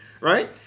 Right